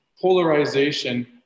polarization